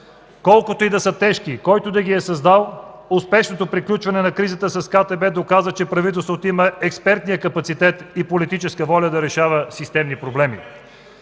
колкото и да са тежки, който и да ги е създал. Успешното приключване на кризата с Корпоративна търговска банка доказа, че правителството има експертния капацитет и политическата воля да решава системни проблеми.